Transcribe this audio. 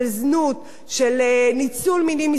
של ניצול מיני מסחרי של קטינים,